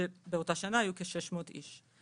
שבאותה שנה היו כ-600 איש.